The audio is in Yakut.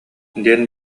диэн